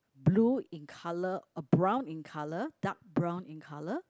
blue in colour or brown in colour dark brown in colour